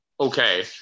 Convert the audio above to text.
Okay